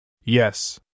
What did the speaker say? Yes